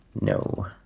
no